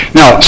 now